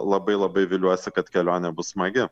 labai labai viliuosi kad kelionė bus smagi